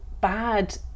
bad